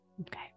Okay